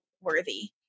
worthy